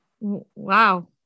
Wow